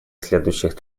следующих